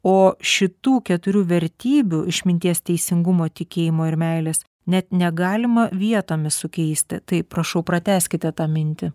o šitų keturių vertybių išminties teisingumo tikėjimo ir meilės net negalima vietomis sukeisti taip prašau pratęskite tą mintį